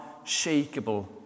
unshakable